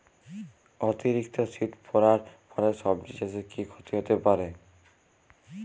অতিরিক্ত শীত পরার ফলে সবজি চাষে কি ক্ষতি হতে পারে?